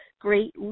great